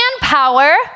manpower